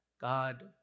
God